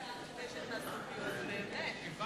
לאט כדי שתעשו גיוס, באמת.